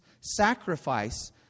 Sacrifice